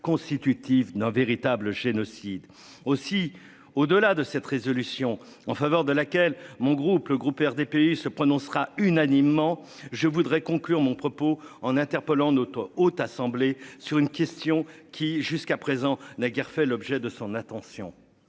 constitutif d'un véritable génocide aussi au delà de cette résolution en faveur de laquelle mon groupe le groupe RDPI se prononcera unanimement. Je voudrais conclure mon propos en interpellant notre haute assemblée sur une question qui jusqu'à présent n'a guère fait l'objet de son attention.